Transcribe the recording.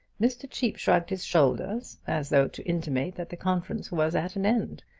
mr. cheape shrugged his shoulders as though to intimate that the conference was at an end.